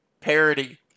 parody